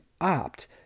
opt